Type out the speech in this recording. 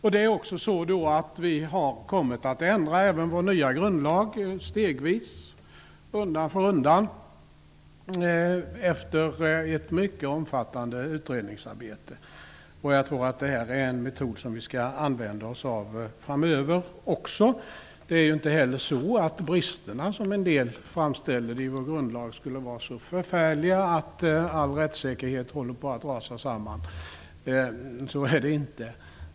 Vi har även kommit att ändra vår nya grundlag stegvis efter ett mycket omfattande utredningsarbete. Jag tror att det är en metod som vi skall använda oss av även framöver. De brister i vår grundlag som en del framställer är inte så förfärliga att all rättssäkerhet håller på att rasa samman. Så är det inte.